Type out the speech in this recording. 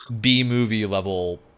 B-movie-level